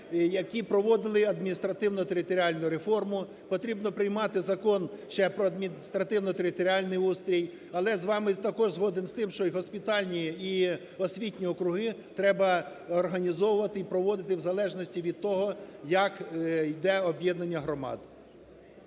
які проводили адміністративно-територіальну реформу, потрібно приймати закон ще про адміністративно-територіальний устрій. Але з вами також згоден з тим, що і госпітальні, і освітні округи треба організовувати і проводити в залежності від того, як іде об'єднання громад.